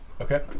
Okay